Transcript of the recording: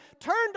turned